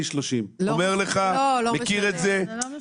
אני 30, אומר לך שאני מכיר את זה, לא עובר.